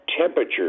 temperature